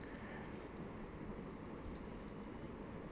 ya it's the traffic was bad